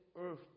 earth